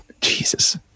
Jesus